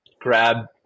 grab